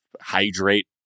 hydrate